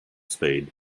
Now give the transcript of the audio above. speed